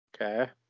Okay